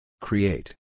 Create